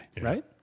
right